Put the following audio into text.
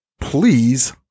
Please